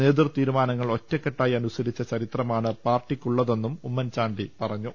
നേതൃതീരുമാനങ്ങൾ ഒ റ്റക്കെട്ടായി അനുസരിച്ച ചരിത്രമാണ് പാർട്ടിക്കുള്ളതെന്നും ഉമ്മൻചാണ്ടി പറ ഞ്ഞു